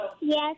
Yes